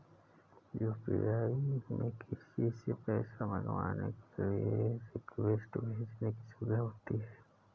UPI में किसी से पैसा मंगवाने के लिए रिक्वेस्ट भेजने की सुविधा होती है